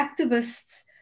activists